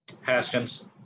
Haskins